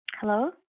Hello